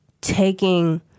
taking